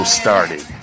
started